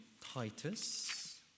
Titus